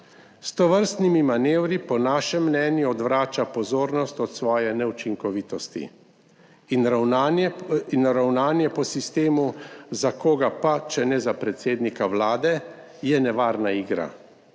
S tovrstnimi manevri po našem mnenju odvrača pozornost od svoje neučinkovitosti in ravnanje po sistemu za koga pa, če ne za predsednika Vlade je nevarna igra.